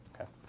Okay